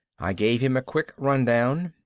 i gave him a quick rundown.